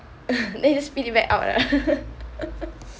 then you just spit it back out lah